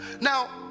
now